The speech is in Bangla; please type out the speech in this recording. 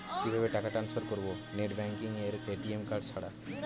কিভাবে টাকা টান্সফার করব নেট ব্যাংকিং এবং এ.টি.এম কার্ড ছাড়া?